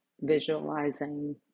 visualizing